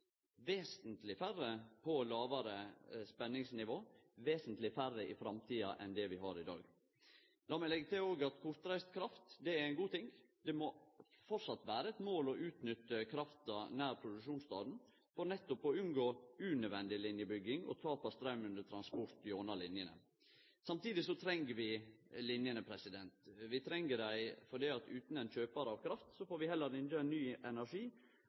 vesentleg færre på lågare spenningsnivå, vesentleg færre i framtida enn det vi har i dag. Lat meg òg leggje til at kortreist kraft er ein god ting. Det må framleis vere eit mål om å utnytte krafta nær produksjonsstaden for nettopp å unngå unødvendig linjebygging og tap av straum under transport gjennom linjene. Samtidig treng vi linjene. Vi treng dei fordi utan ein kjøpar av kraft får vi heller ingen ny energi